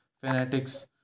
fanatics